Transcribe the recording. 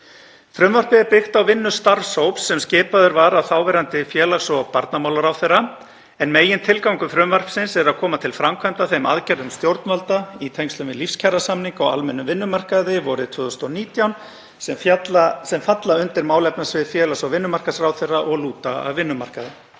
Frumvarpið er byggt á vinnu starfshóps sem skipaður var af þáverandi félags- og barnamálaráðherra, en megintilgangur frumvarpsins er að koma til framkvæmda þeim aðgerðum stjórnvalda í tengslum við lífskjarasamninga á almennum vinnumarkaði vorið 2019 sem falla undir málefnasvið félags- og vinnumarkaðsráðherra og lúta að vinnumarkaðnum.